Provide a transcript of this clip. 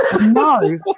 No